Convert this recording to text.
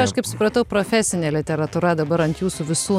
aš kaip supratau profesinė literatūra dabar ant jūsų visų